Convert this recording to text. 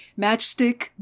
Matchstick